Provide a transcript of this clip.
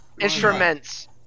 Instruments